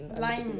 lime